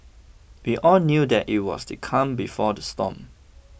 we all knew that it was the calm before the storm